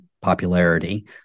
popularity